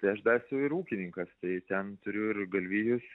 tai aš dar esu ir ūkininkas tai ten turiu ir galvijus